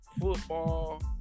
football